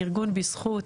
ארגון בזכות,